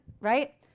right